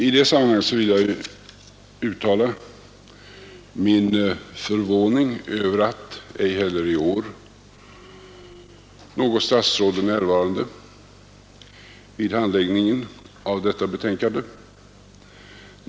I det sammanhanget vill jag uttala min förvåning över att ej heller i år något statsråd är närvarande vid handläggningen av detta betänkande här i kammaren.